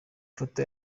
foto